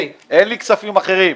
אין לי כספים אחרים.